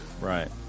Right